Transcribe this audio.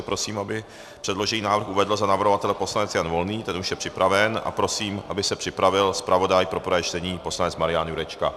Prosím, aby předložený návrh uvedl za navrhovatele poslanec Jan Volný, ten už je připraven, a prosím, aby se připravil zpravodaj pro prvé čtení poslanec Marian Jurečka.